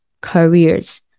careers